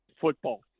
football